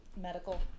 medical